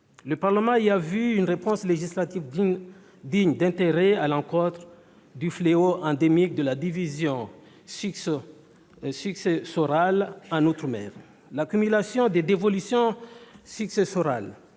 Le Parlement présente ainsi une réponse législative digne d'intérêt au fléau endémique de l'indivision successorale en outre-mer. L'accumulation des dévolutions successorales